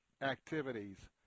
activities